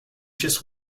just